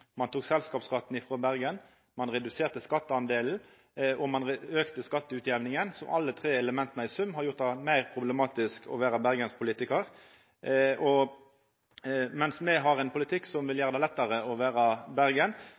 Ein tok selskapsskatten frå Bergen, ein reduserte skattedelen, og ein auka skatteutjamninga. Alle tre elementa i sum har gjort det meir problematisk å vera bergenspolitikar, mens me har ein politikk som vil gjera det lettare å vera Bergen.